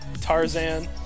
Tarzan